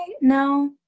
No